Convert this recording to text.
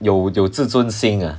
有有自尊心 ah